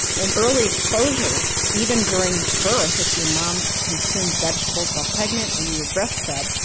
and early exposure, so even during birth if your mom consumed vegetables while pregnant and you were breastfed,